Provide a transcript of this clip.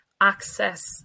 access